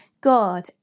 God